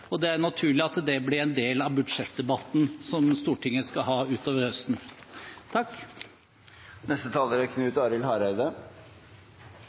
og det er naturlig at det blir en del av budsjettdebatten som Stortinget skal ha utover høsten.